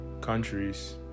countries